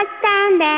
stand